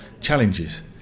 challenges